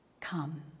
come